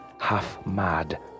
half-mad